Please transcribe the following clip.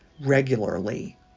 regularly